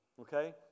okay